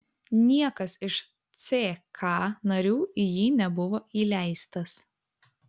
niekas iš ck narių į jį nebuvo įleistas